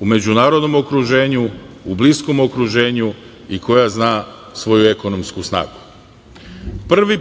u međunarodnom okruženju, u bliskom okruženju i koja zna svoju ekonomsku snagu. Prvi